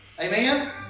Amen